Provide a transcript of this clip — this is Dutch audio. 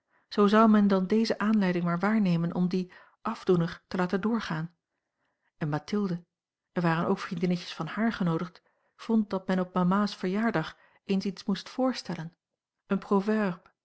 zoo zou men dan deze aanleiding maar waarnemen om dien afdoener te laten doorgaan en mathilde er waren ook vriendinnetjes van haar genoodigd vond dat men op mama's verjaardag eens iets moest voorstellen een